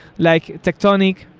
like tectonic,